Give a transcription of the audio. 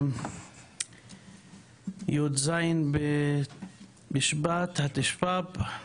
י"ז בשבט התשפ"ב,